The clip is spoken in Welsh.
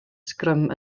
sgrym